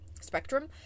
spectrum